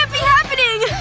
ah be happening uhhh,